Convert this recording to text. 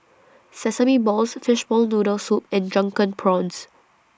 Sesame Balls Fishball Noodle Soup and Drunken Prawns